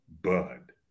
Bud